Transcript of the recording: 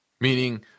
meaning